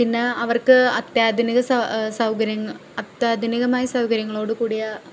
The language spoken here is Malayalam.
പിന്നെ അവർക്ക് അത്യാധുനിക സൗകര്യങ്ങൾ അത്യാധുനികമായ സൗകര്യങ്ങളോട് കൂടിയ